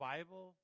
Bible